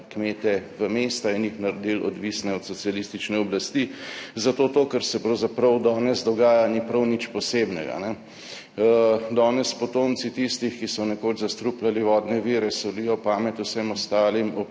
kmete v mesta in jih naredili odvisne od socialistične oblasti. Zato to, kar se pravzaprav danes dogaja ni prav nič posebnega. Danes potomci tistih, ki so nekoč zastrupljali vodne vire, solijo pamet vsem ostalim